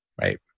Right